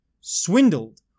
swindled